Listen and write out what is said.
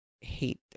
hate